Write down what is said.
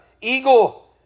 eagle